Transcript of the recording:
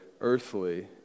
earthly